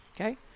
Okay